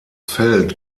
fällt